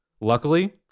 Luckily